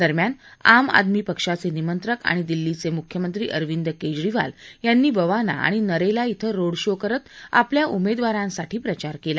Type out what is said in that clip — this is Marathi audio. दरम्यान आम आदमी पक्षाचे निमंत्रक आणि दिल्लीचे मुख्यमंत्री अरविंद केजरीवाल यांनी बवाना आणि नरेला क्वे रोड शो करत आपल्या उमेदवारांसाठी प्रचार केला